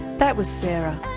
that was sarah,